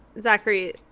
zachary